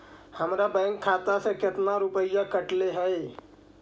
हमरा बैंक खाता से कतना रूपैया कटले है?